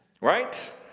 Right